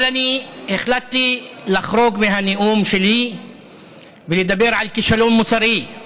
אבל החלטתי לחרוג מהנאום שלי ולדבר על כישלון מוסרי.